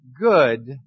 Good